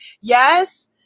Yes